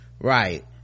right